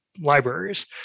libraries